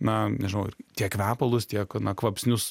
na nežinau ir tiek kvepalus tiek na kvapsnius